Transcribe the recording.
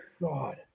God